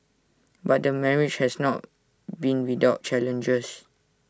but the marriage has not been without challenges